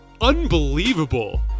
unbelievable